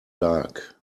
dark